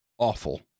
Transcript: Awful